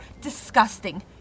disgusting